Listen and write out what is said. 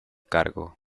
cargo